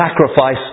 sacrifice